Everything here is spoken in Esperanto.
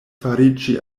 fariĝi